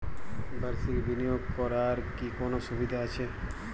বাষির্ক বিনিয়োগ করার কি কোনো সুবিধা আছে?